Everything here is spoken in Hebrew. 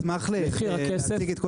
מחיר הכסף --- אני כן אשמח להציג את כל